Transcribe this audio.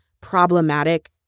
problematic